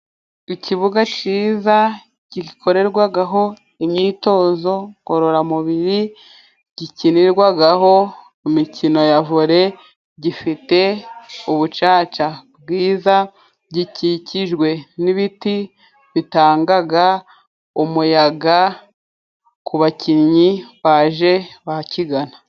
Ikibuga cyiza gikorerwagaho imyitozo ngororamubiri, gikinirwagaho mu imikino ya vole gifite ubucaca bwiza, gikikijwe n'ibiti bitangaga umuyaga ku bakinnyi baje bakigana.